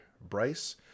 Bryce